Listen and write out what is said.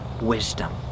wisdom